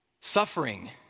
Suffering